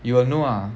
you will know ah